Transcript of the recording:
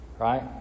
right